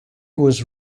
was